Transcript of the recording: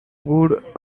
good